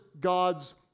God's